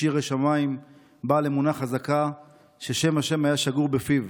איש ירא שמיים בעל אמונה חזקה ששם ה' היה שגור בפיו,